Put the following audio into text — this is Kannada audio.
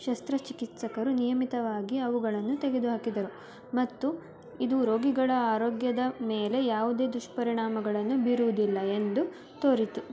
ಶಸ್ತ್ರಚಿಕಿತ್ಸಕರು ನಿಯಮಿತವಾಗಿ ಅವುಗಳನ್ನು ತೆಗೆದು ಹಾಕಿದರು ಮತ್ತು ಇದು ರೋಗಿಗಳ ಆರೋಗ್ಯದ ಮೇಲೆ ಯಾವುದೇ ದುಷ್ಪರಿಣಾಮಗಳನ್ನು ಬೀರುವುದಿಲ್ಲ ಎಂದು ತೋರಿತು